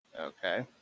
Okay